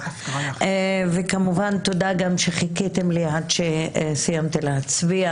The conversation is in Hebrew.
וכמובן תודה גם שחיכיתם לי עד שסיימתי להצביע,